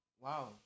Wow